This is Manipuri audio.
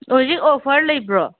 ꯍꯧꯖꯤꯛ ꯑꯣꯐꯔ ꯂꯩꯕ꯭ꯔꯣ